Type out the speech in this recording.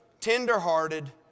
tenderhearted